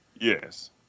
Yes